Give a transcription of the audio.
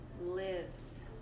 lives